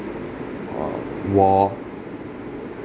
uh war